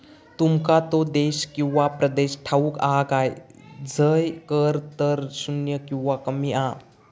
तुमका तो देश किंवा प्रदेश ठाऊक हा काय झय कर दर शून्य किंवा कमी हा?